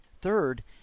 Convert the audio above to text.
Third